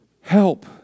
help